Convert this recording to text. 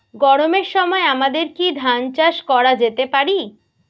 গরমের সময় আমাদের কি ধান চাষ করা যেতে পারি?